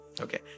Okay